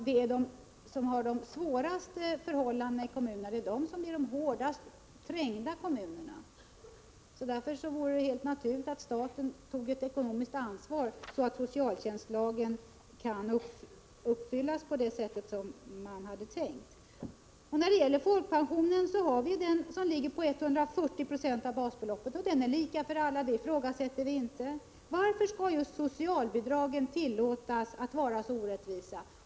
De kommuner som har de svåraste förhållandena är också de mest trängda kommunerna. Därför vore det helt naturligt om staten tog ett ekonomiskt ansvar. Socialtjänstlagens intentioner skulle då kunna uppfyllas på det sätt som var tänkt. Sedan något om folkpensionen. Den som ligger på 140 260 av basbeloppet är lika stor för alla. Det förhållandet ifrågasätter vi inte. Men varför skall just socialbidragen tillåtas vara så orättvisa?